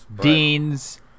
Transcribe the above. Dean's